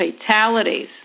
fatalities